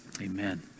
amen